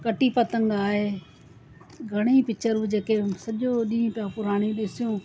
कटी पतंग आहे घणेई पिचरूं जेकी सॼो ॾींहुं पिया पुराणी ॾिसूं